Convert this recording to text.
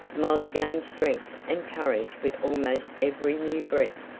molly gained strength and courage with almost every new breath.